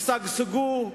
ישגשגו,